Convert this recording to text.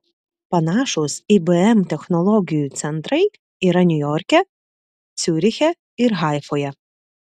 panašūs ibm technologijų centrai yra niujorke ciuriche ir haifoje